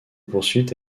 poursuite